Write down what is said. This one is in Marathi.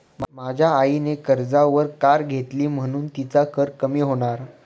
माझ्या आईने कर्जावर कार घेतली म्हणुन तिचा कर कमी होणार